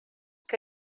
que